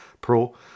Pro